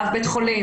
רב בית חולים,